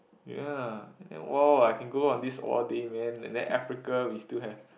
ya ya oh I can grow on this all day man and then Africa we still have